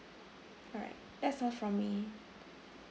alright that's all from me